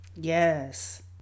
Yes